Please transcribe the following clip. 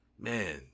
man